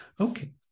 Okay